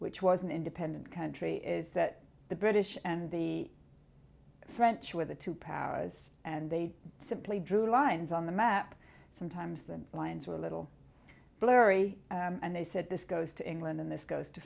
which was an independent country is that the british and the french were the two powers and they simply drew lines on the map sometimes the lines were a little blurry and they said this goes to england and this goes to